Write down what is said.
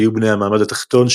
שהיו בני המעמד התחתון,